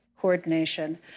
coordination